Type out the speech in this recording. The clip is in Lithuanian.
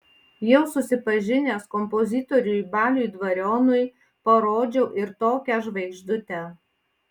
jau susipažinęs kompozitoriui baliui dvarionui parodžiau ir tokią žvaigždutę